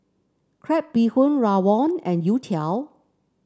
Crab Bee Hoon rawon and youtiao